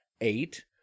Eight